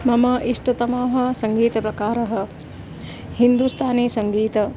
मम इष्टतमः सङ्गीतप्रकारः हिन्दुस्तानीसङ्गीतं